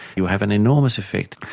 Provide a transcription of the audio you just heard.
you have an enormous effect.